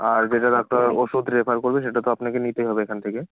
আর যেটা ডাক্তার ওষুধ রেফার করবে সেটা তো আপনাকে নিতেই হবে এখান থেকে